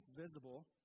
visible